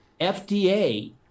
FDA